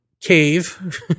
cave